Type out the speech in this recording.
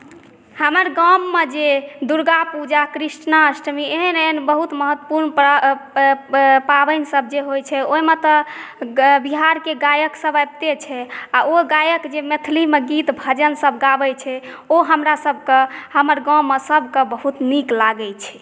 हमर गाम मे जे दुर्गा पूजा कृष्णाष्टमी एहन एहन बहुत महत्वपुर्ण पाबनि सभ जे होइ छै ओहिमे तऽ बिहारके गायक सभ आबिते छै आ ओ गायक जे मैथिलीमे गीत भजन सभ जे गाबै छै ओ हमरा सभके हमर गाममे सभके बहुत नीक लागै छै